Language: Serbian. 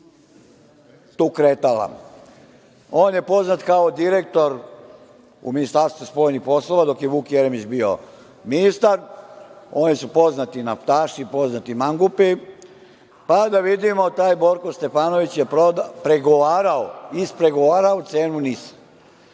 tu kretala. On je poznat kao direktor u Ministarstvu spoljnih poslova, dok je Vuk Jeremić bio ministar, oni su poznati naftaši, poznati mangupi, pa da vidimo, taj Borko Stefanović je ispregovarao cenu NIS-a